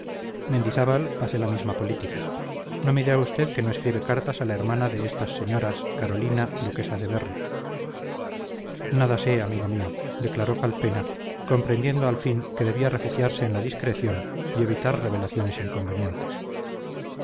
mendizábal hace la misma política no me dirá usted que no escribe cartas a la hermana de estas señoras carolina duquesa de berry nada sé amigo mío declaró calpena comprendiendo al fin que debía refugiarse en la discreción y evitar revelaciones inconvenientes